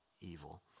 evil